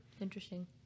Interesting